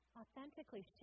authentically